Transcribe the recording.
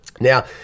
Now